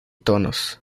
tonos